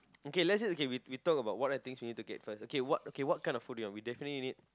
okay let's say okay we talk about what other things we need to get first okay what what kind of food we definitely need